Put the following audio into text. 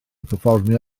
perfformio